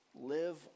live